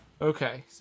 Okay